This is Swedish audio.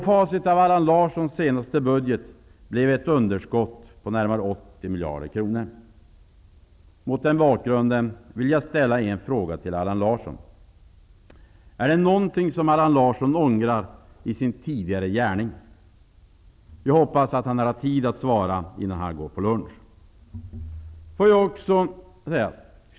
Facit till Allan Larssons senaste budget blev ett underskott på närmare 80 miljarder kronor. Mot den bakgrunden vill jag ställa en fråga till Allan Larsson. Finns det något som Allan Larsson ångrar i sin tidigare gärning? Jag hoppas att han har tid att svara innan han går på lunch.